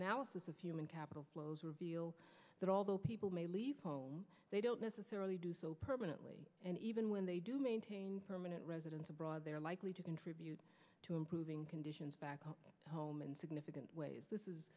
analysis of human capital flows revealed that although people may leave home they don't necessarily do so permanently and even when they do permanent residence abroad they are likely to contribute to improving conditions back home in significant ways this is